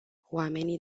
oamenii